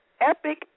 epic